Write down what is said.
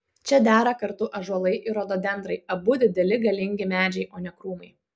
čia dera kartu ąžuolai ir rododendrai abu dideli galingi medžiai o ne krūmai